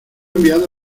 enviado